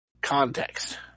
context